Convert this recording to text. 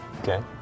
Okay